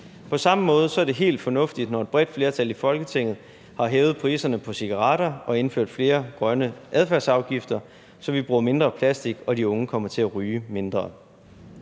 På samme måde er det helt fornuftigt, når et bredt flertal i Folketinget har hævet priserne på cigaretter og indført flere grønne adfærdsafgifter, så vi bruger mindre plastik og de unge kommer til at ryge mindre.